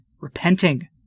repenting